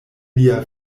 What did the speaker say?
lia